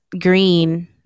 Green